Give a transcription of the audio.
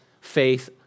faith